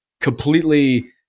completely